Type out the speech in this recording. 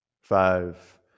Five